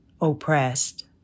oppressed